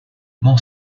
more